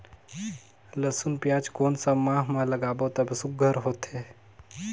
लसुन पियाज कोन सा माह म लागाबो त सुघ्घर होथे?